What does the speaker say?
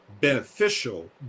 beneficial